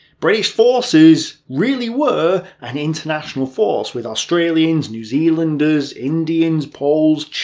british forces really were an international force, with australians, new zealanders, indians, poles,